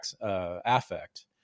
affect